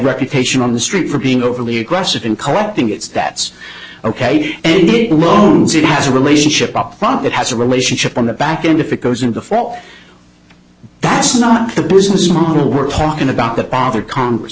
reputation on the street for being overly aggressive in collecting its that's ok it won't see it has a relationship up front that has a relationship on the back end if it goes into fall that's not the business model we're talking about that bothered congress